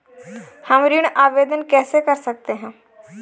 हम ऋण आवेदन कैसे कर सकते हैं?